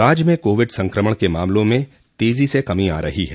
राज्य में कोविड संक्रमण के मामलों में तेजो से कमी आ रही है